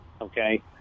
okay